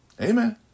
Amen